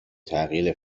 تغییر